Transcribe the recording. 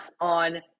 on